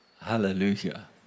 Hallelujah